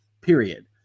period